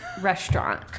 restaurant